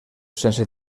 sense